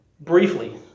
Briefly